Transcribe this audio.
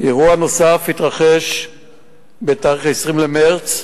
אירוע נוסף התרחש ב-20 במרס,